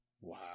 Wow